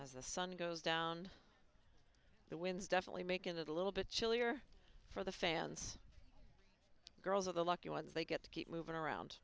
as the sun goes down and the winds definitely make it a little bit chilly or for the fans girls of the lucky ones they get to keep moving around